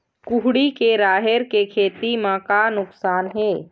कुहड़ी के राहेर के खेती म का नुकसान हे?